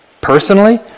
personally